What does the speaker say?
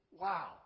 Wow